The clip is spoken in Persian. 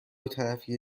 طرفه